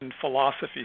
philosophy